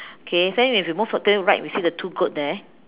okay then if you move to the right you will see the two goat there